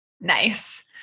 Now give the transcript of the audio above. Nice